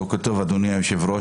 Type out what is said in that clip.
בוקר טוב, אדוני היו"ר.